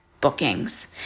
bookings